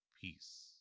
Peace